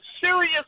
serious